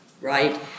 right